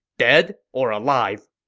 dead, or alive?